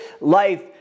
life